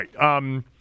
right